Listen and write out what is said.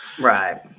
Right